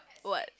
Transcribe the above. what